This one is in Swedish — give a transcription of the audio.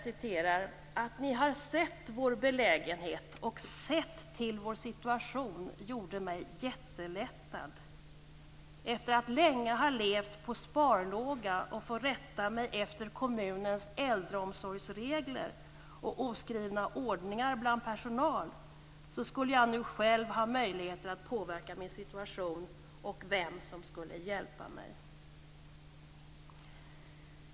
Hon skriver: "Att ni har sett vår belägenhet och sett till vår situation gjorde mig jättelättad. Efter att länge ha levt på sparlåga och fått rätta mig efter kommunens äldreomsorgsregler och oskrivna ordningar bland personal så skulle jag nu själv ha möjlighet att påverka min situation och vem som skulle hjälpa mig."